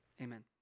amen